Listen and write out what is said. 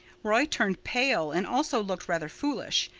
roy turned pale and also looked rather foolish.